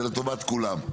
זה לטובת כולם.